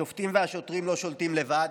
השופטים והשוטרים לא שולטים לבד,